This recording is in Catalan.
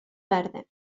verda